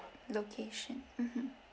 location mmhmm